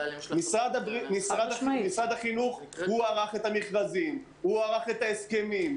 משרד החינוך ערך את המכרזים, הוא ערך את ההסכמים.